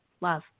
love